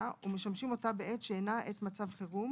ומשמשים אותה בעת שאינה עת מצב חירום,